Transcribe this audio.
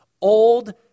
Old